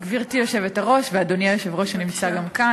גברתי היושבת-ראש ואדוני היושב-ראש שגם נמצא כאן,